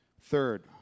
Third